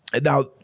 Now